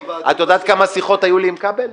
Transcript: את יודעת כמה שיחות היו לי עם כבל?